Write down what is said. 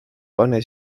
pane